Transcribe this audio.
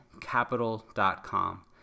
capital.com